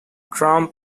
trump